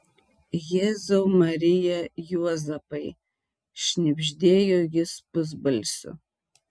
jėzau marija juozapai šnibždėjo jis pusbalsiu